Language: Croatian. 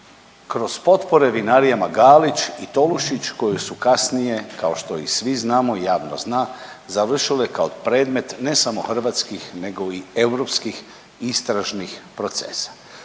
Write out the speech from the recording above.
kroz potpore vinarijama Galić i Tolušić koji su kasnije, kao što i svi znamo i javnost zna, završile kao predmet, ne samo hrvatskih, nego i europskih istražnih procesa?